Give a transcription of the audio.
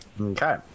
Okay